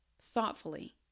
Thoughtfully